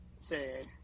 say